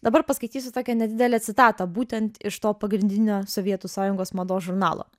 dabar paskaitysiu tokią nedidelę citatą būtent iš to pagrindinio sovietų sąjungos mados žurnalo